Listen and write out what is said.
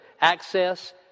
access